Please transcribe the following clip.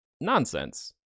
nonsense